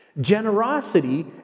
Generosity